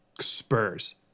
Spurs